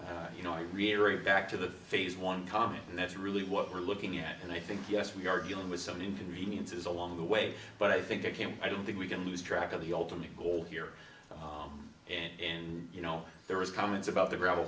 so you know i reiterate back to the phase one comment and that's really what we're looking at and i think yes we are dealing with some inconveniences along the way but i think it came i don't think we can lose track of the ultimate goal here and you know there was comments about the gra